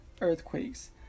earthquakes